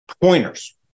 pointers